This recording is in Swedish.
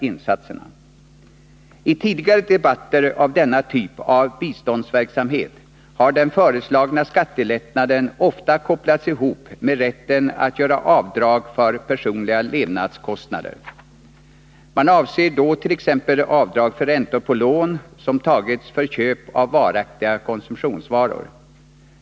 Itidigare debatter om denna typ av biståndsverksamhet har den föreslagna skattelättnaden oftast kopplats ihop med rätten att göra avdrag för personliga levnadskostnader. Man avser då t.ex. avdrag för räntor på lån som tagits för köp av varaktiga konsumtionsvaror.